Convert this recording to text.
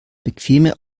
bequeme